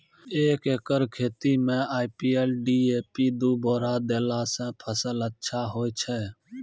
एक एकरऽ खेती मे आई.पी.एल डी.ए.पी दु बोरा देला से फ़सल अच्छा होय छै?